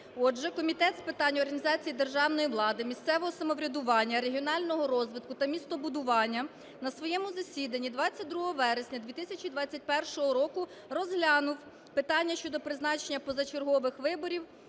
Отже, Комітет з питань організації державної влади, місцевого самоврядування, регіонального розвитку та містобудування на своєму засіданні 22 вересня 2021 року розглянув питання щодо призначення позачергових виборів